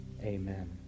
Amen